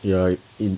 ya it